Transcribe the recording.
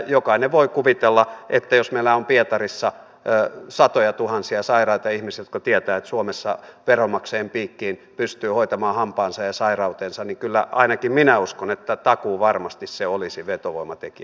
jokainen voi kuvitella että jos meillä on pietarissa satojatuhansia sairaita ihmisiä jotka tietävät että suomessa veronmaksajien piikkiin pystyy hoitamaan hampaansa ja sairautensa niin kyllä ainakin minä näin uskon takuuvarmasti se olisi vetovoima teki